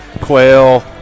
quail